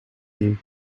theme